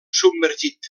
submergit